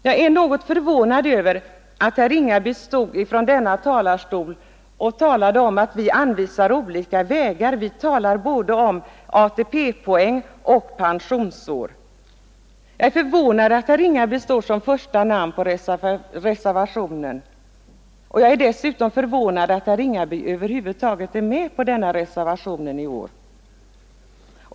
Jag är ganska förvånad över att herr Ringaby stod i denna talarstol och talade om att man anvisar olika vägar och talar om både ATP-poäng och pensionsår. Jag är förvånad över att herr Ringaby står som första namn under reservationen, och jag är dessutom förvånad över att herr Ringaby över huvud taget är med på denna reservation i år.